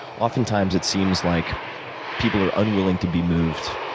oftentimes it seems like people are unwilling to be moved.